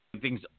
Thing's